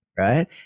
right